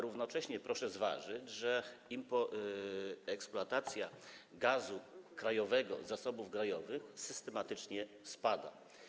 Równocześnie proszę zważyć, że eksploatacja gazu krajowego, z zasobów krajowych systematycznie spada.